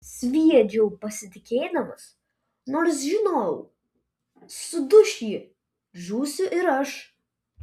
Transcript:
sviedžiau pasitikėdamas nors žinojau suduš ji žūsiu ir aš